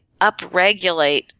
upregulate